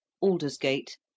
Aldersgate